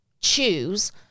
choose